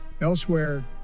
Elsewhere